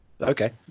Okay